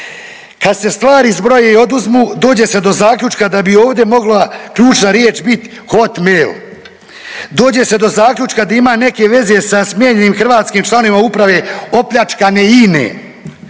Kad se stvari zbroje i oduzmu dođe se do zaključka da bi ovdje mogla ključna riječ biti Hotmail. Dođe se do zaključka da ima neke veze sa smijenjenim hrvatskim članovima uprave opljačkane INE.